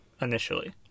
initially